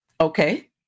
Okay